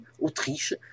Autriche